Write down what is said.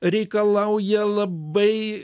reikalauja labai